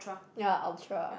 ya Ultra